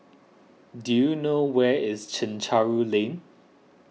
do you know where is Chencharu Lane